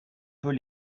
peut